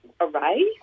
array